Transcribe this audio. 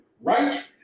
right